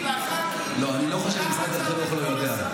אני לא חושב שמשרד החינוך לא יודע.